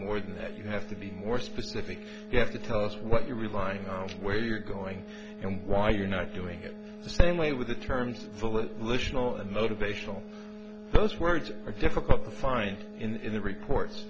more than that you have to be more specific you have to tell us what you're relying on where you're going and why you're not doing it the same way with the term solution all the motivational those words are difficult to find in the records